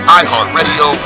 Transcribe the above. iHeartRadio